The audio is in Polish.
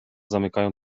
zamykają